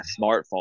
smartphone